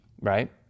right